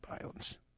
violence